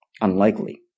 Unlikely